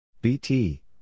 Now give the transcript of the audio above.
BT